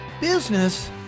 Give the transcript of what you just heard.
business